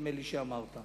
נדמה לי שכך אמרת.